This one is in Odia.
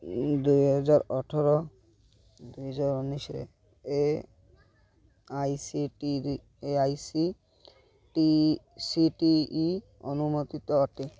ଦୁଇହଜାର ଅଠର ଦୁଇହଜାର ଉଣେଇଶରେ A I C T E ଅନୁମୋଦିତ ଅଟେ